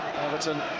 Everton